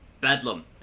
bedlam